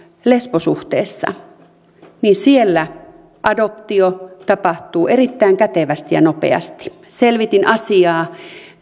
lesbosuhteessa siellä adoptio tapahtuu erittäin kätevästi ja nopeasti selvitin asiaa